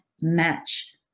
match